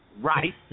Right